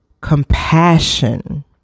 compassion